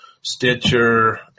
Stitcher